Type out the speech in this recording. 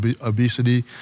obesity